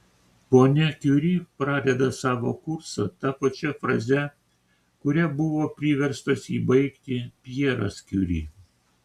ponia kiuri pradeda savo kursą ta pačia fraze kuria buvo priverstas jį baigti pjeras kiuri